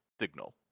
signal